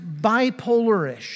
bipolarish